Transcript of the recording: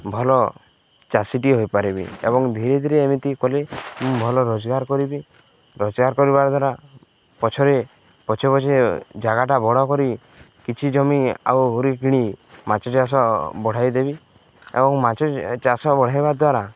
ଭଲ ଚାଷୀଟିଏ ହୋଇପାରିବି ଏବଂ ଧୀରେ ଧୀରେ ଏମିତି କଲେ ମୁଁ ଭଲ ରୋଜଗାର କରିବି ରୋଜଗାର କରିବା ଦ୍ୱାରା ପଛରେ ପଛେ ପଛେ ଜାଗାଟା ବଡ଼ କରି କିଛି ଜମି ଆହୁରି କିଣି ମାଛ ଚାଷ ବଢ଼ାଇ ଦେବି ଏବଂ ମାଛ ଚାଷ ବଢ଼ାଇବା ଦ୍ୱାରା